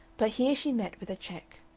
but here she met with a check.